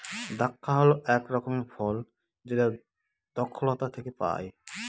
দ্রাক্ষা হল এক রকমের ফল যেটা দ্রক্ষলতা থেকে পায়